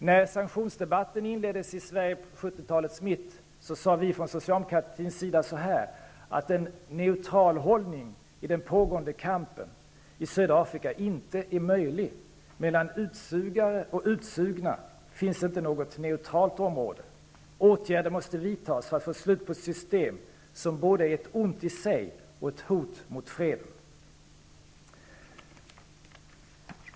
När sanktionsdebatten inleddes i Sverige vid 70 talets mitt sade vi från socialdemokratins sida: En neutral hållning i den pågående kampen i södra Afrika är inte möjlig. Mellan utsugare och utsugna finns inte något neutralt område. Åtgärder måste vidtas för att få slut på ett system som både är ett ont i sig och ett hot mot freden.